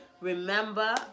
remember